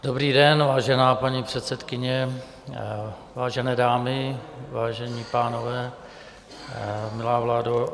Dobrý den, vážená paní předsedkyně, vážené dámy, vážení pánové, milá vládo.